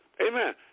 Amen